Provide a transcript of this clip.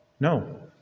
No